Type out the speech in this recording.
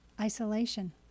isolation